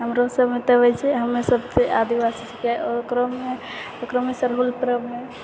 हमरो सबमे तऽ होइ छै हमे सब आदिवासी छीके ओकरोमे ओकरोमे सरहुल परबमे